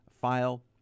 file